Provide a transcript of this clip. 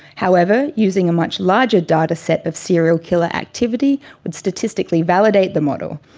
however, using a much larger dataset of serial killer activity would statistically validate the model.